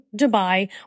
Dubai